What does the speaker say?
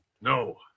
no